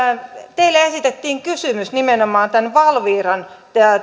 teille esitettiin kysymys nimenomaan tämän valviran